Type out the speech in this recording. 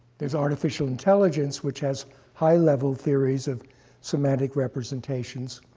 there's artificial intelligence, which has high level theories of semantic representations.